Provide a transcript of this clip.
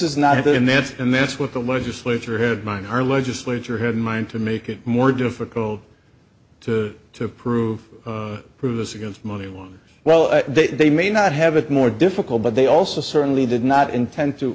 it and that's and that's what the legislature here mine our legislature here in mind to make it more difficult to to prove prove us against money one well they may not have it more difficult but they also certainly did not intend to